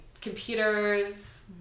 Computers